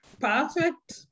perfect